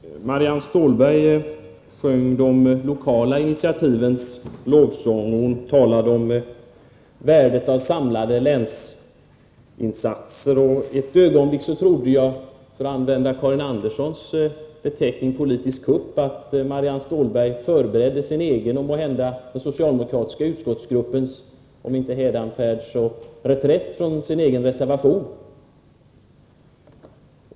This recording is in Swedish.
Fru talman! Marianne Stålberg sjöng de lokala initiativens lov och talade om värdet av samlade länsinsatser. Ett ögonblick trodde jag att hon skulle göra en — för att använda Karin Anderssons beteckning — politisk kupp och därför förberedde sin och kanske den socialdemokratiska utskottsgruppens om inte hädanfärd så åtminstone reträtt från den egna reservationen.